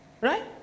Right